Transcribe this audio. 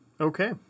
Okay